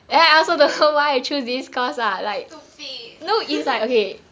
okay stupid